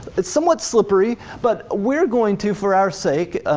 it's somewhat slippery but we're going to for our sake,